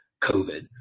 COVID